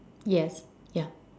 yes yeah